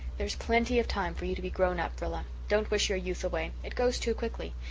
there's plenty of time for you to be grown up, rilla. don't wish your youth away. it goes too quickly.